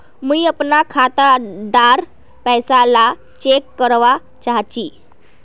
मुई अपना खाता डार पैसा ला चेक करवा चाहची?